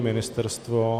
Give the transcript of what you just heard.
Ministerstvo?